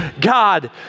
God